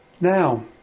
Now